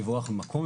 לברוח מהמקום.